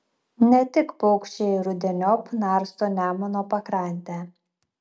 ne tik paukščiai rudeniop narsto nemuno pakrantę